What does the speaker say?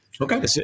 Okay